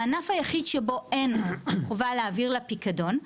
הענף היחיד שבו אין חובה להעביר לפיקדון,